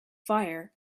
fire